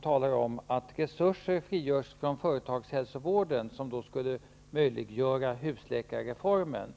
talade om att det frigörs resurser från företagshälsovården, som skulle möjliggöra husläkarreformen.